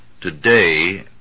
Today